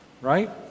Right